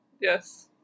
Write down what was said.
Yes